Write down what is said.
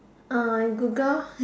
uh Google